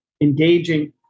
engaging